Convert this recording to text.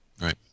Right